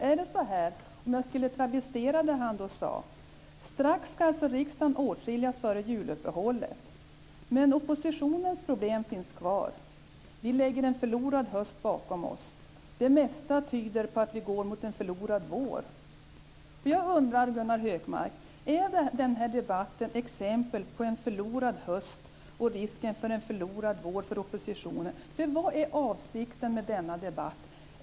Är det så här, för att travestera det han då sade: Strax ska riksdagen åtskiljas före juluppehållet. Men oppositionens problem finns kvar. Vi lägger en förlorad höst bakom oss. Det mesta tyder på att vi går mot en förlorad vår. Jag undrar, Gunnar Hökmark, är den här debatten exempel på en förlorad höst och risk för en förlorad vår för oppositionen? Vad är avsikten med denna debatt?